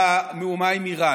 למהומה עם איראן.